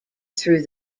through